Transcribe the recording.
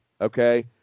okay